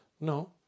No